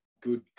good